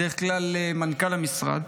בדרך כלל מנכ"ל המשרד,